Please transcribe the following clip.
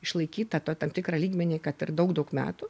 išlaikyt tą to tam tikrą lygmenį kad ir daug daug metų